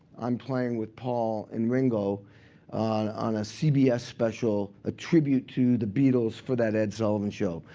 i'm playing with paul and ringo on a cbs special a tribute to the beatles for that ed sullivan show.